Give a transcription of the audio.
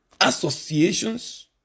associations